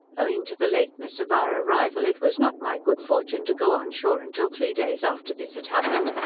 owing to the lateness of our arrival, it was not my good fortune to go on shore until three days after this had happened,